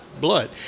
blood